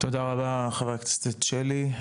תודה רבה חברת הכנסת שלי.